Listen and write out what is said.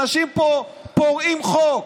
אנשים פה פורעים חוק,